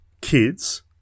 kids